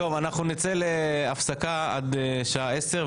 נצא להפסקה עד שעה 10:00,